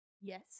Yes